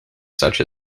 such